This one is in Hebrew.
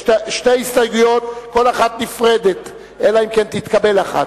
יש לנו הסתייגויות של חברת הכנסת אורית זוארץ,